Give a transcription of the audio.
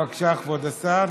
בבקשה, כבוד השר.